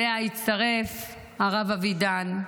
אליה הצטרף הרב אבידן.